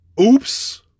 Oops